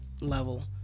level